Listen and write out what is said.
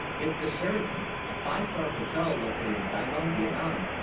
it's the sheraton a five-star hotel located in saigon vietnam